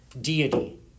deity